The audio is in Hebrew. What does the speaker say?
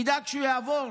נדאג שהוא יעבור